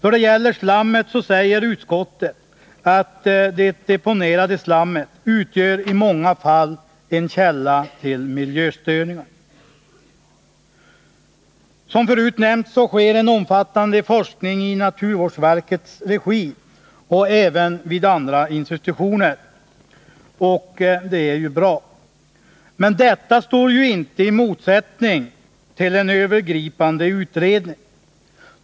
Utskottet säger att det deponerade slammet i många fall utgör en källa till miljöstörningar. Som förut nämnts bedrivs en omfattande forskning i naturvårdsverkets regi och även vid andra institutioner, och det är ju bra. Men detta står inte i motsättning till en övergripande utredning.